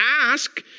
Ask